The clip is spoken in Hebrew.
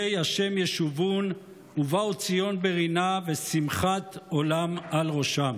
ה' ישובון וּבָאו ציון בְּרִנָּה ושמחת עולם על ראשם".